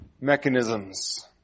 mechanisms